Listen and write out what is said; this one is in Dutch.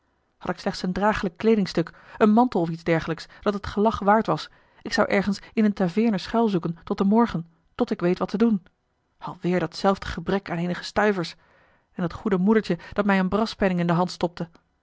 had ik slechts een draaglijk kleedingstuk een mantel of iets dergelijks dat het gelag waard was ik zou ergens in eene taveerne schuil zoeken tot den morgen tot ik weet wat te doen al weêr datzelfde gebrek aan eenige stuivers en dat goede moedertje dat mij een braspenning in de hand stopte